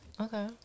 Okay